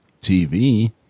TV